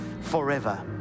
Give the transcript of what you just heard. forever